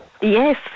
Yes